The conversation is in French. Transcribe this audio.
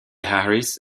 harris